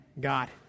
God